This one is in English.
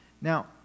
Now